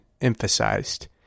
emphasized